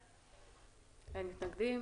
אין מתנגדים.